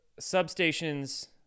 substations